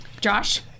Josh